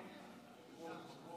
ההצעה להעביר